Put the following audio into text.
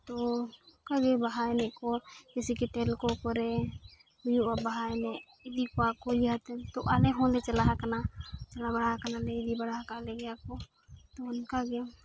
ᱛᱚ ᱚᱱᱠᱟ ᱜᱮ ᱵᱟᱦᱟ ᱮᱱᱮᱡᱽ ᱠᱚ ᱡᱮᱭᱥᱤ ᱠᱤ ᱴᱮᱞᱠᱳ ᱠᱚᱨᱮ ᱦᱩᱭᱩᱜᱼᱟ ᱵᱟᱦᱟ ᱮᱱᱮᱡᱽ ᱤᱫᱤ ᱠᱚᱣᱟ ᱠᱚ ᱡᱟᱦᱟᱸᱛᱤᱥ ᱛᱚ ᱟᱞᱮ ᱦᱚᱸᱞᱮ ᱪᱟᱞᱟ ᱦᱟᱠᱟᱱᱟ ᱪᱟᱞᱟᱣ ᱵᱟᱲᱟ ᱟᱠᱟᱱᱟᱞᱮ ᱤᱫᱤ ᱵᱟᱲᱟ ᱟᱠᱟᱫ ᱞᱮᱜᱮᱭᱟᱠᱚ ᱛᱚ ᱚᱱᱠᱟ ᱜᱮ